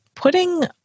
putting